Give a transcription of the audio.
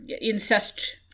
incest